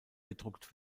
gedruckt